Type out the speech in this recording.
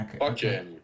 okay